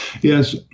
Yes